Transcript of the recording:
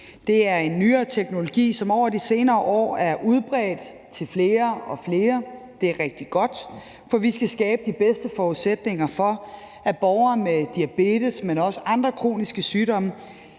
Det er en nyere teknologi, som over de senere år er blevet udbredt til flere og flere. Det er rigtig godt, for vi skal skabe de bedste forudsætninger for, at borgere med diabetes, men også andre kroniske sygdomme